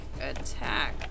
attack